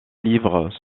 livres